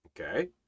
Okay